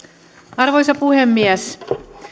arvoisa puhemies